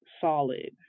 solid